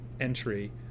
entry